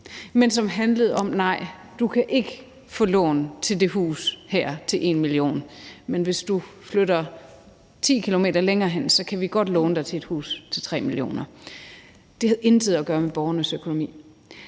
men som handlede om, at der siges: Nej, du kan ikke få lån til det hus her til 1 mio. kr., men hvis du flytter 10 km længere hen, så kan vi godt låne dig til et hus til 3 mio. kr. Det havde intet at gøre med borgernes økonomi.